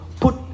put